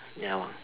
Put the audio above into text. ya